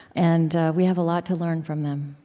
and we have a lot to learn from them